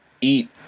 eat